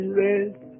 rest